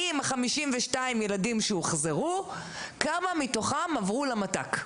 52 הילדים שהוחזרו כמה מתוכם עברו למת"ק?